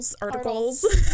articles